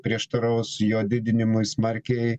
prieštaraus jo didinimui smarkiai